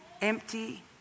empty